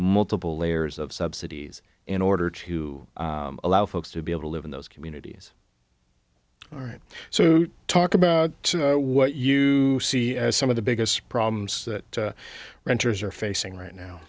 multiple layers of subsidies in order to allow folks to be able to live in those communities all right so talk about what you see as some of the biggest problems renters are facing right now